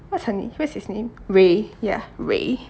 what's her name what's his name ray ya ray